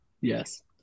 yes